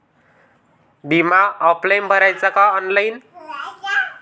बिमा ऑफलाईन भराचा का ऑनलाईन?